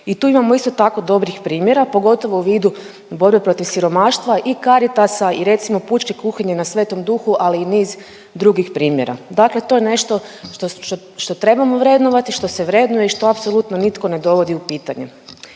i tu imamo isto tako dobrih primjera, pogotovo u vidu borbe protiv siromaštva i Caritasa i recimo pučke kuhinje na Svetom Duhu, ali i niz drugih primjera, dakle to je nešto što, što, što trebamo vrednovati, što se vrednuje i što apsolutno nitko ne dovodi u pitanje.